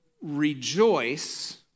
Rejoice